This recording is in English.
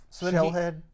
Shellhead